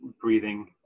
breathing